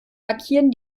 markieren